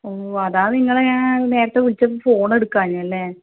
ഓ അതാണ് നിങ്ങളെ ഞാൻ നേരത്തെ വിളിച്ചപ്പോൾ ഫോൺ എടുക്കാഞ്ഞേ അല്ലേ